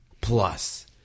plus